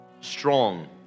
strong